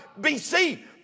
bc